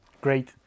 Great